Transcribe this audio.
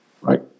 right